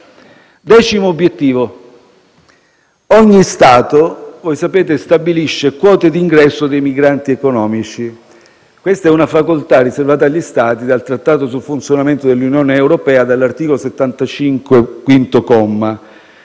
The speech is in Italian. Decimo obiettivo: ogni Stato - voi sapete - stabilisce quote di ingresso dei migranti economici. Questa è una facoltà riservata agli Stati dal Trattato sul funzionamento dell'Unione europea, all'articolo 75, comma